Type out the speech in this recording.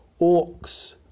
orcs